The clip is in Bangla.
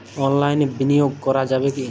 অনলাইনে বিনিয়োগ করা যাবে কি?